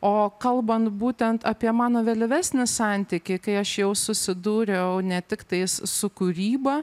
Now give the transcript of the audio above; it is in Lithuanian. o kalbant būtent apie mano vėlyvesnį santykį kai aš jau susidūriau ne tiktais su kūryba